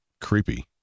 creepy